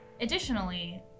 Additionally